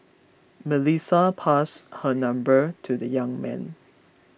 Melissa passed her number to the young man